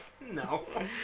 No